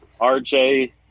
RJ